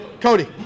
Cody